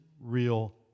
real